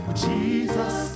Jesus